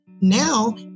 Now